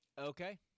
Okay